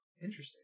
Interesting